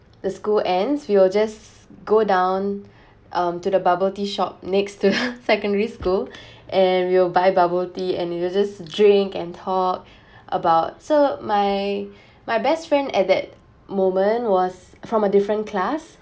the school ends we will just go down um to the bubble tea shop next to the secondary school and we will buy bubble tea and we will just drink and talk about so my my best friend at that moment was from a different class